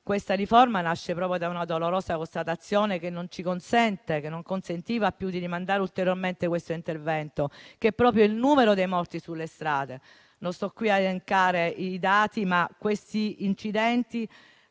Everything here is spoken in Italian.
questa riforma nasce proprio da una dolorosa constatazione che non consentiva più di rimandare ulteriormente l'intervento. Mi riferisco al numero dei morti sulle strade. Non sto qui a elencare i dati, ma quegli incidenti